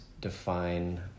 define